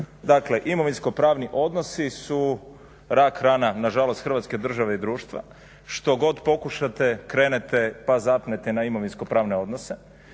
Dakle imovinsko-pravni odnosi su rak rana nažalost Hrvatske države i društva. Što god pokušate, krenete pa zapnete na imovinsko-pravne odnose,